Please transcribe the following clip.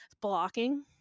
blocking